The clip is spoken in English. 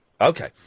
Okay